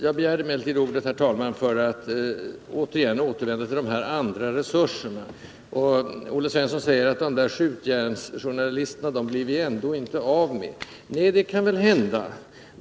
Jag begärde emellertid ordet, herr talman, för att återigen återvända till ”de andra resurserna”. Skjutjärnsjournalisterna blir vi ändå inte av med, sade Olle Svensson. Nej, det kan väl hända.